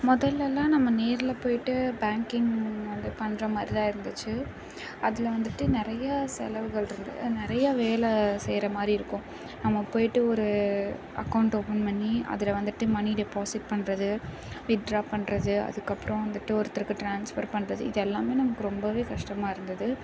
முதல்லலாம் நம்ம நேரில் போயிட்டு பேங்கிங் அது பண்ணுற மாதிரி தான் இருந்துச்சு அதில் வந்துட்டு நிறைய செலவுகள் இருந்து நிறையா வேலை செய்கிற மாதிரி இருக்கும் நம்ம போயிட்டு ஒரு அக்கௌண்ட் ஓப்பன் பண்ணி அதில் வந்துட்டு மணி டெப்பாஸிட் பண்ணுறது வித்ட்ரா பண்ணுறது அதுக்கப்புறம் வந்துட்டு ஒருத்தருக்கு ட்ரான்ஸ்ஃபர் பண்ணுறது இது எல்லாமே நமக்கு ரொம்பவே கஷ்டமா இருந்தது